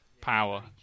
power